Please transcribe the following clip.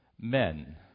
Men